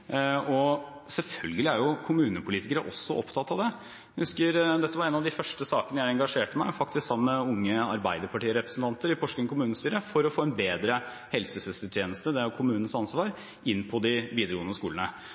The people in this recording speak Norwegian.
og helsestasjonen. Selvfølgelig er kommunepolitikere også opptatt av det. Dette var en av de første sakene jeg engasjerte meg i, faktisk sammen med unge arbeiderpartirepresentanter, i Porsgrunn kommunestyre for å få en bedre helsesøstertjeneste – det er kommunens ansvar – inn på de videregående skolene.